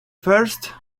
first